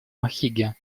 махиге